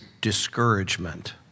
discouragement